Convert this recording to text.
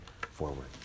forward